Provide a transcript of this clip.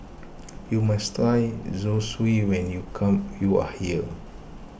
you must try Zosui when you come you are here